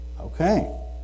Okay